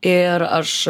ir aš